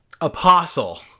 Apostle